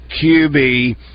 QB